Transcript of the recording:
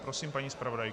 Prosím, paní zpravodajko.